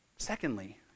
Secondly